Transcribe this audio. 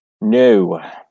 No